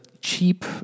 cheap